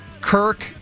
Kirk